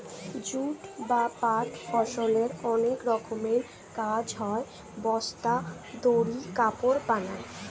jute বা পাট ফসলের অনেক রকমের কাজ হয়, বস্তা, দড়ি, কাপড় বানায়